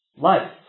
life